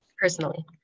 Personally